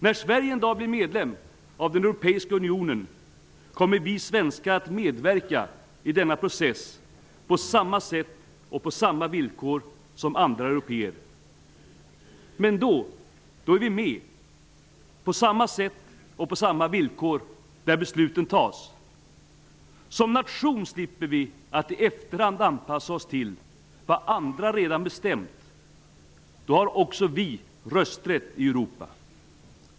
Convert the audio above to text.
När Sverige en dag blir medlem av den europeiska unionen kommer vi svenskar att medverka i denna process på samma sätt och på samma villkor som andra européer. Men då är vi med -- på samma sätt och på samma villkor -- där besluten tas. Som nation slipper vi att i efterhand anpassa oss till vad andra redan bestämt. Då har också vi rösträtt i Europa!